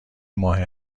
ماه